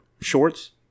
shorts